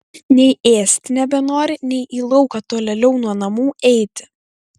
nei ėsti nebenori nei į lauką tolėliau nuo namų eiti